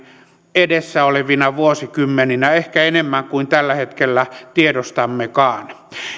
edessä olevina vuosikymmeninä ehkä enemmän kuin tällä hetkellä tiedostammekaan